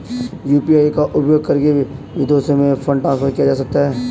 UPI का उपयोग करके विदेशों में फंड ट्रांसफर किया जा सकता है?